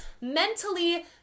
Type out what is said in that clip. mentally